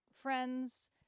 friends